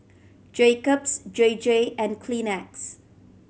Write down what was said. Jacob's J J and Kleenex